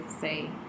say